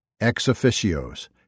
Ex-officios